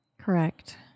Correct